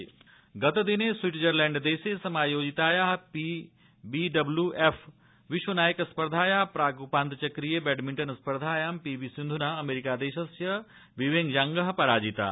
badminton गतदिने स्विटजरलैण्डदेशे समायोजितायाः वी डब्ल्यू एफ विश्वनायक स्पर्धायाः प्रागुपान्त्यचक्रीय बैडमिण्टन स्पर्धाया पीवी सिन्धुना अमेरिकादेशस्य वीवेन झांग पराजिता